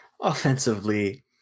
offensively